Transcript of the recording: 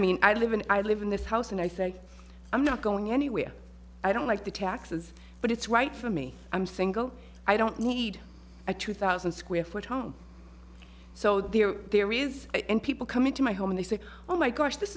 mean i live in i live in this house and i think i'm not going anywhere i don't like the taxes but it's right for me i'm single i don't need a two thousand square foot home so there theories people come into my home and say oh my gosh this